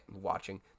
watching